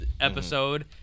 episode